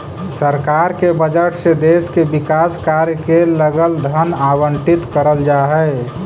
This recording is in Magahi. सरकार के बजट से देश के विकास कार्य के लगल धन आवंटित करल जा हई